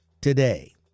today